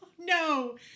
No